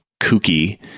kooky